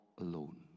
alone